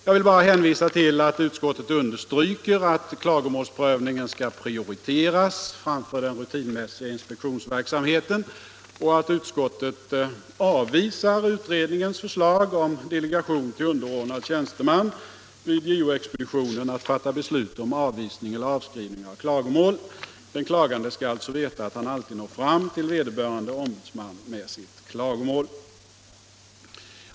Jag vill bara hänvisa till att utskottet understryker att klagomålsprövningen skall prioriteras framför den rutinmässiga inspektionsverksamheten och att utskottet avvisar utredningens förslag om delegation till underordnad tjänsteman vid JO expeditionen att fatta beslut om avvisning eller avskrivning av klagomål. Den klagande skall alltså veta att han alltid når fram till vederbörande ombudsman med sitt klagomål.